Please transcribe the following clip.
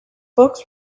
books